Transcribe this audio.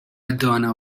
دانا